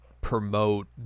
promote